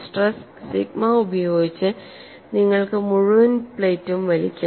stress sigma ഉപയോഗിച്ച് നിങ്ങൾക്ക് മുഴുവൻ പ്ലേറ്റും വലിക്കാം